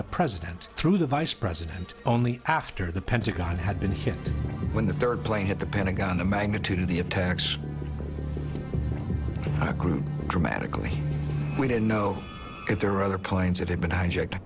the president through the vice president only after the pentagon had been hit when the third plane hit the pentagon the magnitude of the attacks grew dramatically we don't know if there are other planes that have been hijacked